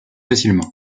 facilement